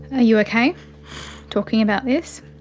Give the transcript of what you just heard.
ah you okay talking about this?